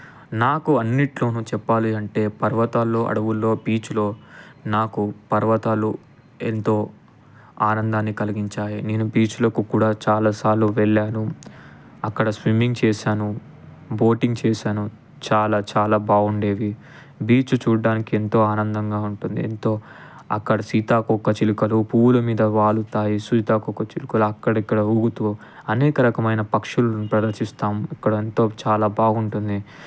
నాకు అన్నిట్లోనూ చెప్పాలి అంటే పర్వతాల్లో అడవుల్లో బీచ్లో నాకు పర్వతాలు ఎంతో ఆనందాన్ని కలిగించాయి నేను బీచ్లోకి కూడా చాలాసార్లు వెళ్లాను అక్కడ స్విమ్మింగ్ చేశాను బోటింగ్ చేశాను చాలా చాలా బాగుండేది బీచ్ చూడ్డానికి ఎంతో ఆనందంగా ఉంటుంది ఎంతో అక్కడ సీతాకోకచిలుకలు పువ్వులు మీద వాలుతాయి సీతాకోకచిలుకలు అక్కడ ఇక్కడ ఊగుతూ అనేక రకమైన పక్షులను దర్శిస్తాము అక్కడ అంతా చాలా బాగుంటుంది